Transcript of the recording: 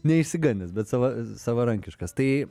neišsigandęs bet sava savarankiškas tai